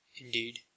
indeed